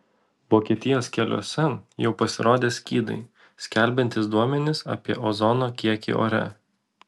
vokietijos keliuose jau pasirodė skydai skelbiantys duomenis apie ozono kiekį ore